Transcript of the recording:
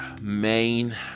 main